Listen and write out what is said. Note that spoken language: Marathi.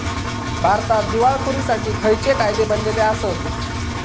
भारतात दिवाळखोरीसाठी खयचे कायदे बनलले आसत?